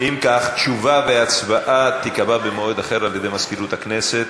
תשובה והצבעה ייקבעו במועד אחר על-ידי מזכירות הכנסת.